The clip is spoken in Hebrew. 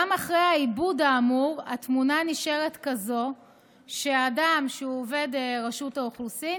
גם אחרי העיבוד האמור התמונה נשארת כזאת שהאדם שהוא עובד רשות האוכלוסין